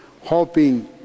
hoping